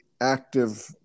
active